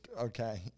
Okay